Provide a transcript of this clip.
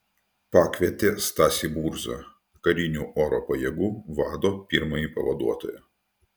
pakvietė stasį murzą karinių oro pajėgų vado pirmąjį pavaduotoją